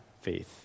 faith